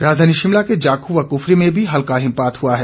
राजधानी शिमला के जाखू व कफूरी में भी हल्का हिमपात हुआ है